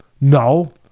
No